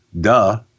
Duh